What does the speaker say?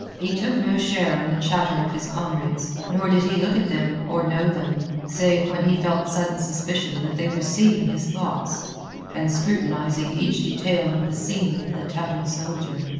he took no share in the chatter of his comrades, nor did he look at them or know them, save when he felt sudden suspicion that they were seeing his thoughts and scrutinizing each detail of the scene with the tattered soldier.